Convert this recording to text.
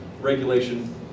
regulation